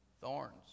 Thorns